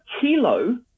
kilo